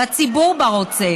והציבור בה רוצה.